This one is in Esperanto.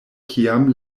kiam